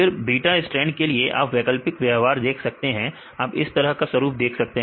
फिर beta strand के लिए आप वैकल्पिक व्यवहार देख सकते हैं आप इस तरह का स्वरूप देख सकते हैं